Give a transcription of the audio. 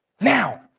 now